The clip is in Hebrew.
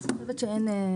אני לא חושבת שיש בעיה.